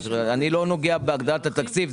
אני לא נוגע בהגדרת התקציב.